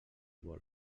vol